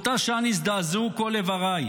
באותה שעה נזדעזעו כל איבריי.